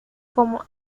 como